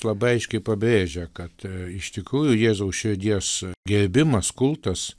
labai aiškiai pabrėžia kad iš tikrųjų jėzaus širdies gerbimas kultas